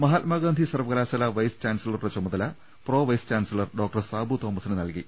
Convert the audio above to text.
മഹാത്മാഗാന്ധി സർവകലാശാല വൈസ് ചാൻസലറുടെ ചുമ തല pro vice chancellor doctor Sabu തോമസിന് നൽകി